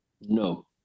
No